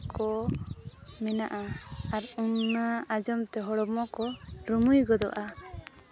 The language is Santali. ᱠᱚ ᱢᱮᱱᱟᱜᱼᱟ ᱟᱨ ᱚᱱᱟ ᱟᱸᱡᱚᱢ ᱛᱮ ᱦᱚᱲᱢᱚ ᱠᱚ ᱨᱩᱢᱩᱭ ᱜᱚᱫᱚᱜᱼᱟ